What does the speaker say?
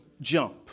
jump